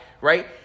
right